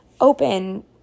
open